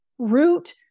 root